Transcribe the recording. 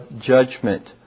judgment